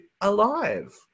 alive